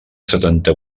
setanta